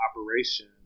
operation